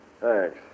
Thanks